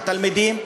התלמידים,